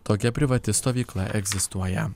tokia privati stovykla egzistuoja